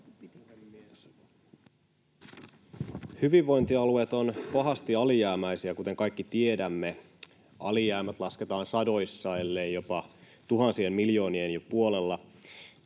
Hyvinvointialueet ovat pahasti alijäämäisiä, kuten kaikki tiedämme. Alijäämät lasketaan sadoissa, ellei jopa jo tuhansissa, miljoonissa.